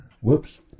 Whoops